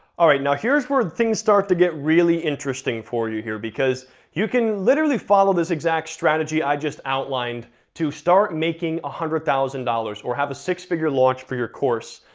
all right, now here's where things start to get really interesting for you here, because you can literally follow this exact strategy i just outlined to start making one ah hundred thousand dollars, or have a six figure launch for your course,